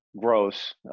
gross